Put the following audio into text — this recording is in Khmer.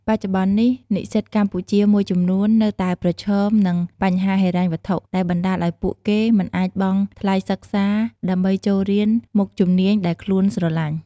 បច្ចុប្បន្ននេះ និស្សិតកម្ពុជាមួយចំនួននៅតែប្រឈមនឹងបញ្ហាហិរញ្ញវត្ថុ ដែលបណ្ដាលឲ្យពួកគេមិនអាចបង់ថ្លៃសិក្សាដើម្បីចូលរៀនមុខជំនាញដែលខ្លួនស្រឡាញ់.